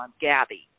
Gabby